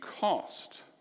cost